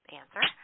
answer